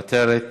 מוותרת,